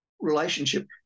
relationship